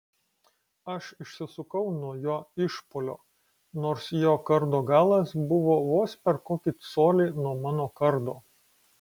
aš išsisukau nuo jo išpuolio nors jo kardo galas buvo vos per kokį colį nuo mano kardo